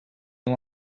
new